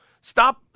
Stop